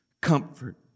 Comfort